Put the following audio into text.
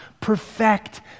perfect